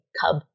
cub